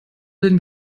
bilden